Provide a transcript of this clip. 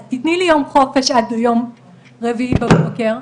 אז תתני לי יום חופש עד יום רביעי בבוקר".